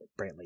Brantley